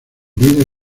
vida